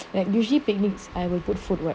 but usually picnics I will put food right